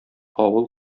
авыл